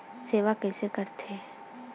सेवा कइसे करथे?